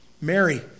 Mary